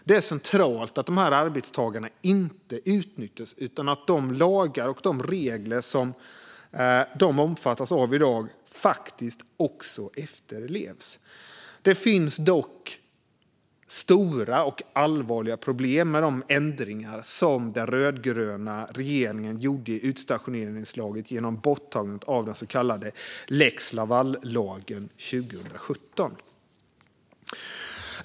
Det är centralt att dessa arbetstagare inte utnyttjas utan att de lagar och regler som de omfattas av i dag faktiskt också efterlevs. Det finns dock stora och allvarliga problem med de ändringar som den rödgröna regeringen gjorde i utstationeringslagen genom borttagandet av den så kallade lex Laval-lagen 2017.